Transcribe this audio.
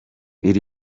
iri